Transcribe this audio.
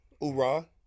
URA